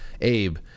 Abe